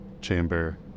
chamber